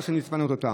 וצריך לפנות אותם.